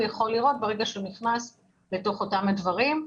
הוא יכול לראות ברגע שהוא נכנס לתוך אותם הדברים,